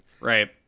Right